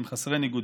הם חסרי ניגודים.